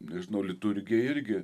nežinau liturgija irgi